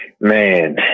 Man